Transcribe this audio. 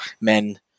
men